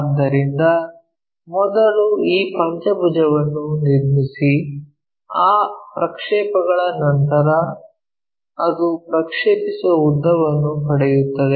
ಆದ್ದರಿಂದ ಮೊದಲು ಈ ಪಂಚಭುಜವನ್ನು ನಿರ್ಮಿಸಿ ಆ ಪ್ರಕ್ಷೇಪಗಳ ನಂತರ ಅದು ಪ್ರಕ್ಷೇಪಿಸುವ ಉದ್ದವನ್ನು ಪಡೆಯುತ್ತದೆ